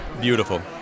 Beautiful